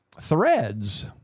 threads